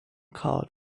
card